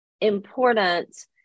important